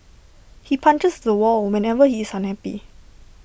he punches the wall whenever he is unhappy